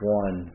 one